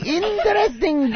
interesting